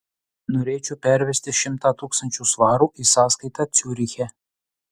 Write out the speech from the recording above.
norėčiau pervesti šimtą tūkstančių svarų į sąskaitą ciuriche